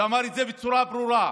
ואמר את זה בצורה ברורה: